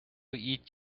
eat